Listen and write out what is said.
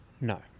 No